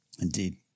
indeed